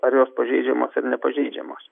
ar jos pažeidžiamos ir nepažeidžiamos